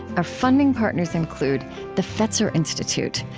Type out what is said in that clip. our funding partners include the fetzer institute,